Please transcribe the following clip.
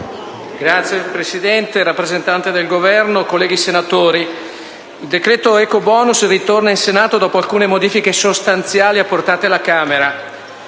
Signora Presidente, rappresentante del Governo, colleghi senatori, il decreto ecobonus ritorna in Senato dopo alcune modifiche sostanziali apportate alla Camera.